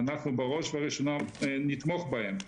אנחנו בראש ובראשונה נתמוך בהם.